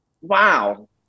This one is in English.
wow